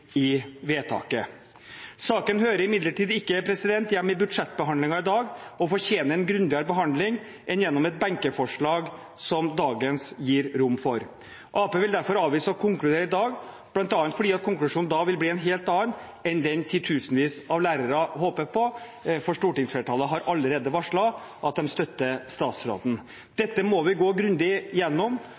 i vedtaket. Saken hører imidlertid ikke hjemme i budsjettbehandlingen i dag og fortjener en grundigere behandling enn gjennom et benkeforslag som det i dag gis rom for. Arbeiderpartiet vil derfor avvise å konkludere i dag, bl.a. fordi konklusjonen da vil bli en helt annen enn den titusenvis av lærere håper på, for stortingsflertallet har allerede varslet at de støtter statsråden. Dette må vi gå grundig